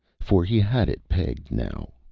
for he had it pegged now.